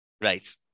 Right